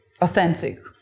authentic